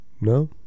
No